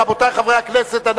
רבותי חברי הכנסת,